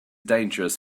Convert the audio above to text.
dangerous